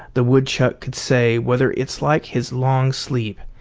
the woodchuck could say whether it's like his long sleep,